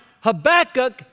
Habakkuk